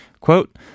Quote